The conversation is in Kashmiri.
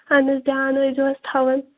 اَہَن حظ دیٛان ٲسۍزَِہوٗس تھاوَن